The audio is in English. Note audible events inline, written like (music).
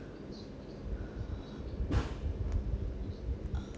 (breath)